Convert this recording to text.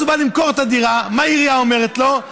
הוא בא למכור את הדירה, מה העירייה אומרת לו?